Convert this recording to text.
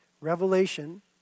Revelation